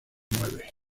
mueve